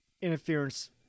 interference